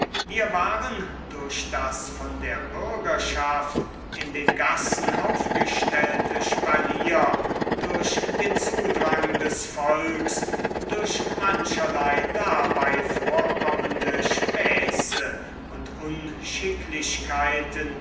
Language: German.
wir waren durch das von der bürgerschaft in den gassen aufgestellte spalier durch den zudrang des volks durch mancherlei dabei vorkommende späße und unschicklichkeiten